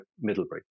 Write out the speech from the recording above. Middlebury